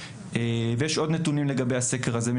יש עוד נתונים לגבי הסקר הזה במסמך,